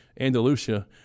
Andalusia